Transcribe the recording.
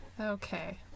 okay